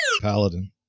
paladin